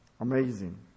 Amazing